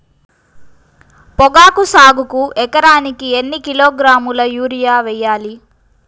పొగాకు సాగుకు ఎకరానికి ఎన్ని కిలోగ్రాముల యూరియా వేయాలి?